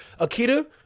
Akita